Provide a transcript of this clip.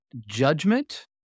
judgment